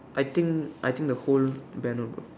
I think I think the whole banner bro